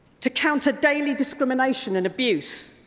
to counterpart daily discrimination and abuse.